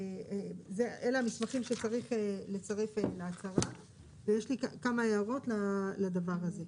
אלה המסמכים שצריך לצרף להצהרות ויש לי כאן כמה הערות לדבר הזה.